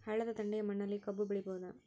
ಹಳ್ಳದ ದಂಡೆಯ ಮಣ್ಣಲ್ಲಿ ಕಬ್ಬು ಬೆಳಿಬೋದ?